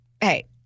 hey